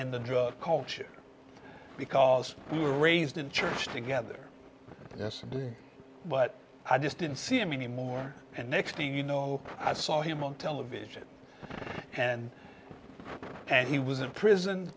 in the drug culture because we were raised in church together yes but i just didn't see him anymore and next thing you know i saw him on television and and he was in prison